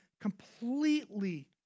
completely